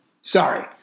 sorry